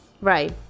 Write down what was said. right